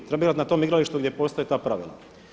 Treba igrati na tom igralištu gdje postoje ta pravila.